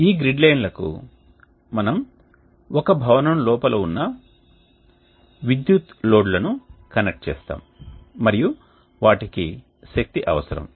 ఈ గ్రిడ్ లైన్లకు మనము ఒక భవనం లోపల ఉన్న విద్యుత్ లోడ్లను కనెక్ట్ చేస్తాము మరియు వాటికి శక్తి అవసరం